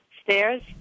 Stairs